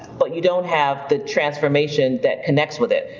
but you don't have the transformation that connects with it.